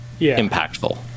impactful